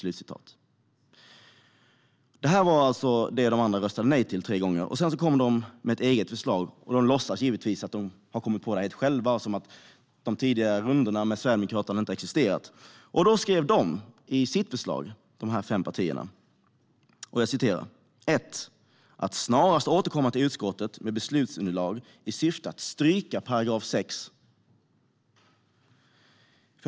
Detta röstade alltså de andra partierna nej till tre gånger. Sedan kom de med ett eget förslag som de givetvis låtsades att de hade kommit på helt själva och att de tidigare rundorna med Sverigedemokraterna inte hade existerat. De fem partierna skrev i sitt förslag: "1. Att snarast återkomma till utskottet med beslutsunderlag i syfte att stryka §6 .